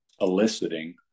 eliciting